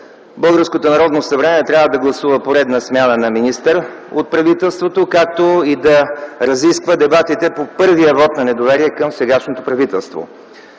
българското Народно събрание трябва да гласува поредна смяна на министър от правителството, както и да разисква дебатите по първия вот на недоверие към сегашното правителство.